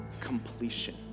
completion